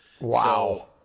Wow